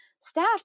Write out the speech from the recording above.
staff